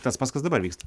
tas pats kas dabar vyksta